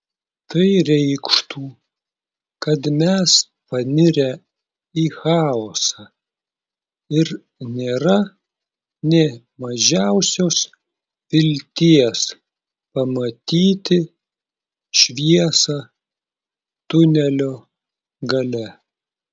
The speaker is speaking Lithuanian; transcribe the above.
tai reikštų kad mes panirę į chaosą ir nėra nė mažiausios vilties pamatyti šviesą tunelio gale